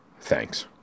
Thanks